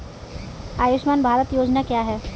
आयुष्मान भारत योजना क्या है?